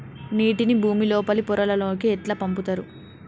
నీటిని భుమి లోపలి పొరలలోకి ఎట్లా పంపుతరు?